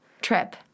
trip